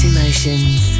Emotions